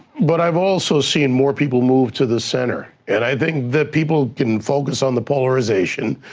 but i've also seen more people move to the center, and i think that people can focus on the polarization.